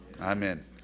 Amen